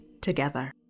together